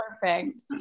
perfect